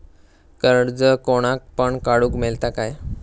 कर्ज कोणाक पण काडूक मेलता काय?